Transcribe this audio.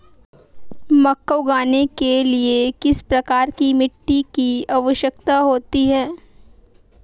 मक्का उगाने के लिए किस प्रकार की मिट्टी की आवश्यकता होती है?